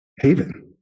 haven